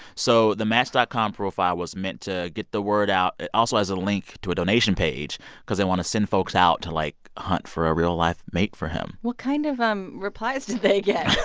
so the match dot com profile was meant to get the word out. it also has a link to a donation page because they want to send folks out to, like, hunt for a real-life mate for him what kind of um replies did they get?